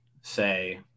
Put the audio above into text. say